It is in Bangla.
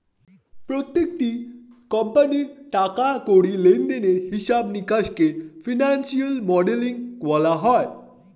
প্রত্যেকটি কোম্পানির টাকা কড়ি লেনদেনের হিসাব নিকাশকে ফিনান্সিয়াল মডেলিং বলা হয়